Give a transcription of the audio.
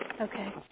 Okay